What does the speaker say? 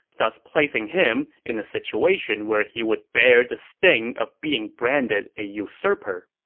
thus placing him in a situation where he would bear the sting of being branded a usurper